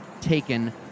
taken